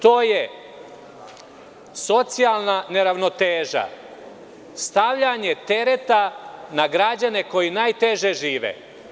To je socijalna neravnoteža, stavljanje tereta na građane koji najteže žive.